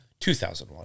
2001